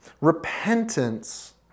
repentance